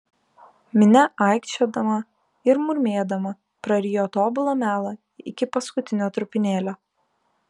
minia aikčiodama ir murmėdama prarijo tobulą melą iki paskutinio trupinėlio